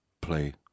play